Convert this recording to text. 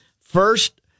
first